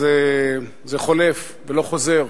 אז זה חולף ולא חוזר.